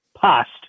past